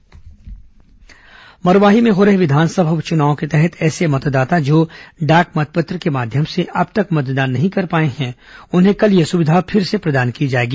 मरवाही बैठक मरवाही में हो रहे विधानसभा उपचुनाव के तहत ऐसे मतदाता जो डाक मतपत्र के माध्यम से अब तक मतदान नहीं कर पाए हैं उन्हें कल यह सुविधा फिर से प्रदान की जाएगी